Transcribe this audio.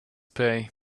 pay